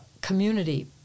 community